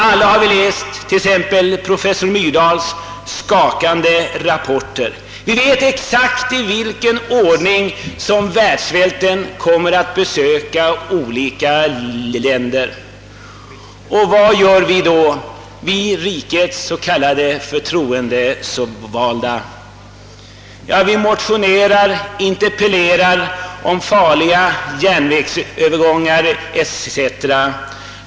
Vi har kanske läst professor Myrdals skakande rapporter, och vi vet exakt i vilken ordning världssvälten kommer att nå olika länder. Vad gör då rikets s.k. förtroendevalda? Jo, vi motionerar, interpellerar om farliga järnvägsövergånger etc.